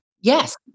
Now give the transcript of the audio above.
Yes